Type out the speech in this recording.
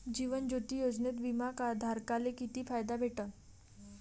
जीवन ज्योती योजनेत बिमा धारकाले किती फायदा भेटन?